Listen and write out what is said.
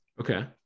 okay